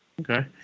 okay